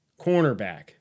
cornerback